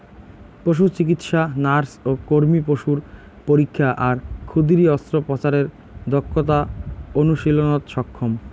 পশুচিকিৎসা nurse ও কর্মী পশুর পরীক্ষা আর ক্ষুদিরী অস্ত্রোপচারের দক্ষতা অনুশীলনত সক্ষম